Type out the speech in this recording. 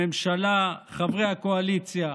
הממשלה, חברי הקואליציה,